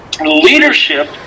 Leadership